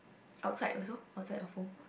outside also outside of home